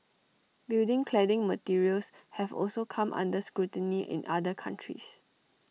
building cladding materials have also come under scrutiny in other countries